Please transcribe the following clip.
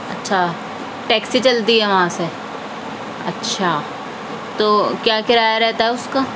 اچھا ٹیکسی چلتی ہے وہاں سے اچھا تو کیا کرایہ رہتا ہے اُس کا